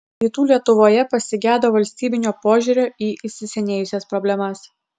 rytų lietuvoje pasigedo valstybinio požiūrio į įsisenėjusias problemas